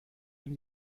ihm